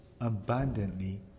abundantly